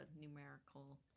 numerical